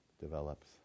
develops